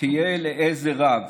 תהיה לעזר רב,